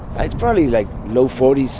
it's probably like low forty s,